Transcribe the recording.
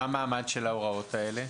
מה המעמד של ההוראות האלה?